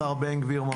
השר בן גביר,